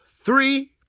three